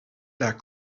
that